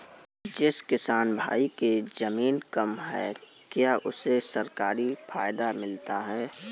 जिस किसान भाई के ज़मीन कम है क्या उसे सरकारी फायदा मिलता है?